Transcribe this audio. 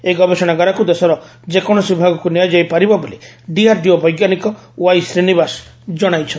ଏହି ଗବେଷଣାଗାରକ୍ତ ଦେଶର ଯେକୌଣସି ଭାଗକ୍ର ନିଆଯାଇ ପାରିବ ବୋଲି ଡିଆର୍ଡିଓ ବୈଜ୍ଞାନିକ ୱାଇ ଶ୍ରୀନିବାସ ଜଣାଇଚ୍ଚନ୍ତି